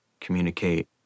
communicate